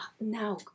now